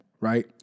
right